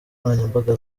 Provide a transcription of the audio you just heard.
nkoranyambaga